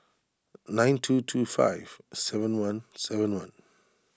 nine two two five seven one seven one